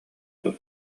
дуо